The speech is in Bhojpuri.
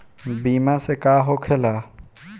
बीमा से का होखेला?